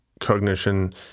cognition